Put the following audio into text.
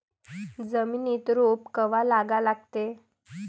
जमिनीत रोप कवा लागा लागते?